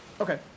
Okay